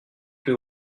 plus